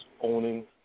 owning